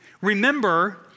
Remember